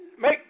make